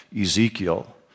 Ezekiel